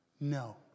No